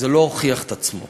זה לא הוכיח את עצמו.